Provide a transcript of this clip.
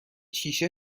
شیشه